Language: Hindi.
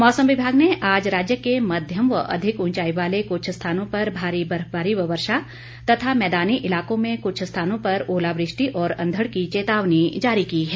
मौसम विभाग ने आज राज्य के माध्यम व अधिक ऊंचाई वाले कुछ स्थानों पर भारी बर्फवारी व वर्षा तथा मैदानी इलाकों में कुछ स्थानों पर ओलावृष्टि और अंधड़ की चेतावनी जारी की है